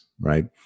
Right